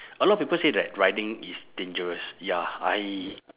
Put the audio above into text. a lot of people say that riding is dangerous ya I